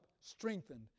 strengthened